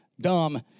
dumb